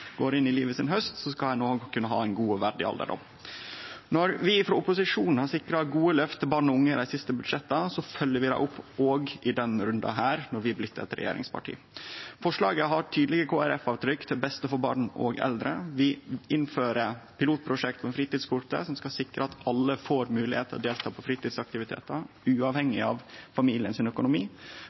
går inn i livets haust, òg kunne ha ein god og verdig alderdom. Når vi frå opposisjon har sikra gode løft til barn og unge i dei siste budsjetta, følgjer vi det opp òg i denne runden, når vi har blitt eit regjeringsparti. Forslaget har tydelege KrF-avtrykk, til beste for barn og eldre. Vi innfører pilotprosjekt om fritidskortet, som skal sikre at alle får moglegheit til å delta på fritidsaktivitetar, uavhengig av familiens økonomi.